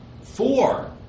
Four